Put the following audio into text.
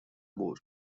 boost